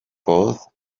both